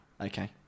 Okay